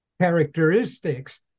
characteristics